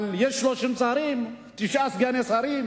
אבל יש 30 שרים ותשעה סגני שרים,